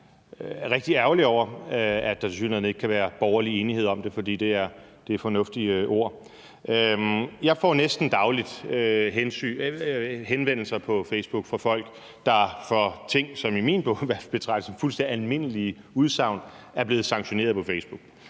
jeg er rigtig ærgerlig over, at der tilsyneladende ikke kan være borgerlig enighed om det, for det er fornuftige ord. Jeg får næsten dagligt henvendelser på Facebook fra folk, der for ting, som i min bog i hvert fald betragtes som fuldstændig almindelige udsagn, er blevet sanktioneret på Facebook.